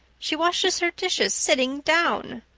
she washes her dishes sitting down.